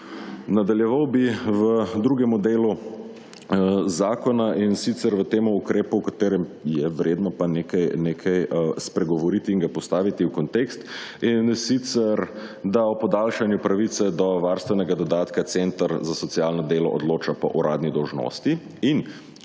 Nadaljeval bi v drugemu delu zakona in sicer v temu ukrepu v katerem je vredno pa nekaj spregovoriti in ga postaviti v kontekst. In sicer, da o podaljšanju pravic do varstvenega dodatka center za socialno delo odloča po uradni dolžnosti, in